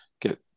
get